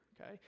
okay